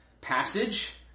passage